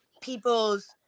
people's